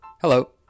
Hello